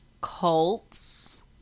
Cults